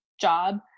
job